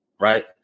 Right